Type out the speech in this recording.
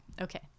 okay